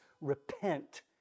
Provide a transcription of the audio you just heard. repent